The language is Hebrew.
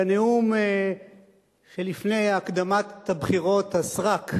בנאום שלפני הקדמת בחירות הסרק,